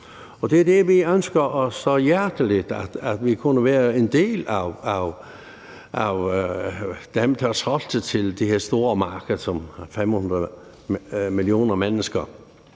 EU-markedet, men vi ønsker så hjerteligt, at vi kunne være en del af dem, der solgte til det her store marked, som har 500 millioner mennesker.